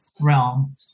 realm